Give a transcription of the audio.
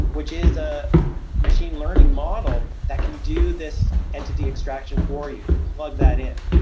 which is a machine learning model that can do this entity extraction for you and plug that in.